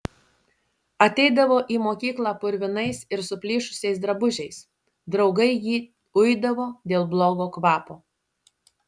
ateidavo į mokyklą purvinais ir suplyšusiais drabužiais draugai jį uidavo dėl blogo kvapo